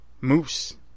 Moose